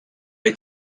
est